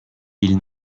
ils